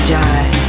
die